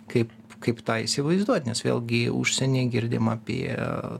kaip kaip tą įsivaizduot nes vėlgi užsieny girdim apie